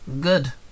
Good